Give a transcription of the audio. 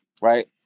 right